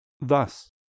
Thus